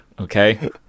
okay